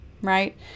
right